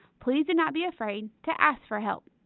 please do not be afraid to ask for help!